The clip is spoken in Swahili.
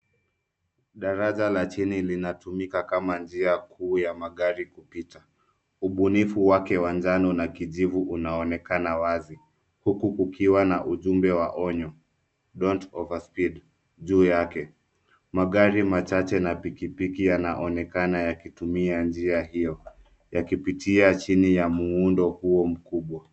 Daraja la chini linatumika kama njia kuu ya magari kupita. Ubunifu wake wa njano na kijivu unaonekana wazi huku ukiwa na ujumbe wa onyo don't overspeed juu yake .Magari machache na pikipiki yanaonekana yakitumia njia hio yakipitia chini ya muundo huo mkubwa.